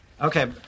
Okay